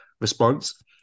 response